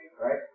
Right